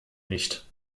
nicht